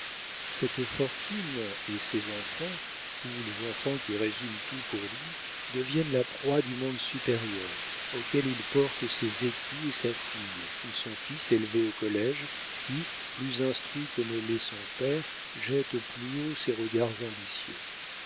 cette fortune et ces enfants ou les enfants qui résument tout pour lui deviennent la proie du monde supérieur auquel il porte ses écus et sa fille ou son fils élevé au collége qui plus instruit que ne l'est son père jette plus haut ses regards ambitieux